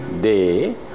day